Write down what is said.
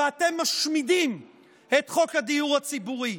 ואתם משמידים את חוק הדיור הציבורי.